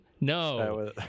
No